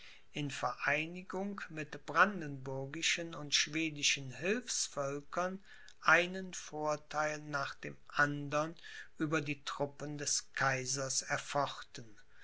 in vereinigung mit brandenburgischen und schwedischen hilfsvölkern einen vortheil nach dem andern über die truppen des kaisers erfochten